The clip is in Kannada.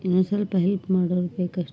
ಇನ್ನೊಂದುಸ್ವಲ್ಪ ಹೆಲ್ಪ್ ಮಾಡೋರು ಬೇಕಷ್ಟೆ